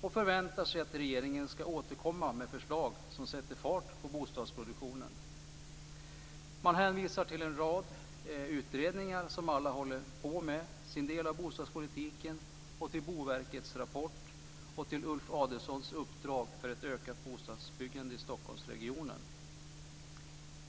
och förväntar sig att regeringen återkommer med förslag som sätter fart på bostadsproduktionen. Man hänvisar till en rad utredningar, som alla håller på med sin del av bostadspolitiken, och till Boverkets rapport och Ulf Adelsohns uppdrag för ett ökat bostadsbyggande i Stockholmsregionen.